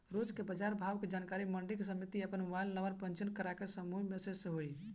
रोज के बाजार भाव के जानकारी मंडी समिति में आपन मोबाइल नंबर पंजीयन करके समूह मैसेज से होई?